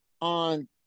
on